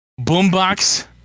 Boombox